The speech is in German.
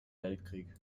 weltkrieg